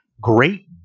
Great